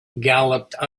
galloped